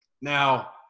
now